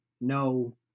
No